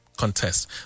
contest